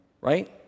Right